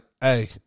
hey